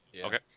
Okay